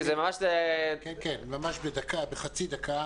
כן, ממש בחצי דקה.